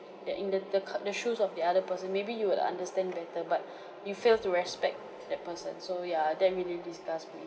the in the the c~ the shoes of the other person maybe you will understand better but you failed to respect that person so ya that really disgust me